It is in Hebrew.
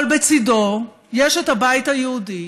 אבל בצידו יש את הבית היהודי,